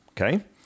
okay